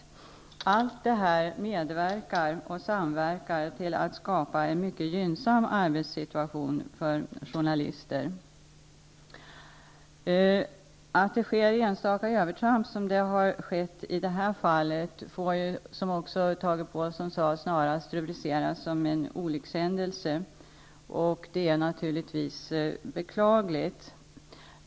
Allt detta medverkar och samverkar till att en mycket gynnsam arbetssituation skapas för journalister. Att det sker enstaka övertramp, vilket skett i det här nämnda fallet, får -- och det sade ju också Tage Påhlsson -- snarast rubriceras som en olyckshändelse. Men naturligtvis är det beklagligt att sådant här sker.